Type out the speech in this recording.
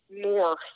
more